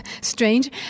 strange